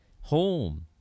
home